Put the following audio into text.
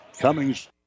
Cummings